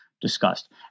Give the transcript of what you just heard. discussed